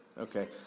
okay